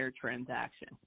transaction